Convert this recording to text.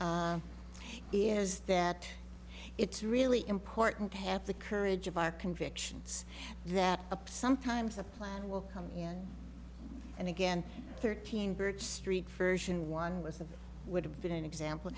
is that it's really important to have the courage of our convictions that up sometimes a plan will come in and again thirteen birch street first one was that would have been an example